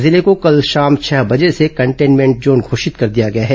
जिले को कल शाम छह बजे से कंटेनमेंट जोन घोषित कर दिया गया है